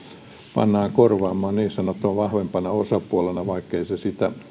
pannaan korvaamaan niin sanottuna vahvempana osapuolena vaikkei tilanne sitä